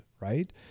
right